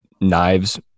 knives